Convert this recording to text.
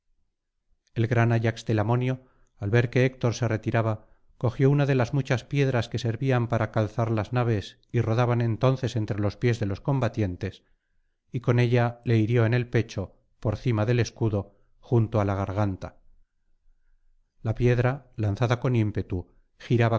el gran ayax telamonio al ver que héctor se retiraba cogió una de as muchas piedras que servían para calzar las naves y rodaban entonces entre los pies de los combatientes y con ella le hirió en el pecho por cima del escudo junto á la garganta la piedra lanzada con ímpetu